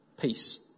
peace